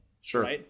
Sure